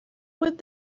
would